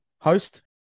host